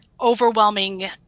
overwhelming